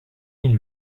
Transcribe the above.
mille